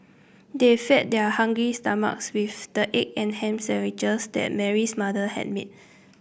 they feed their hungry stomachs with the egg and ham sandwiches that Mary's mother had made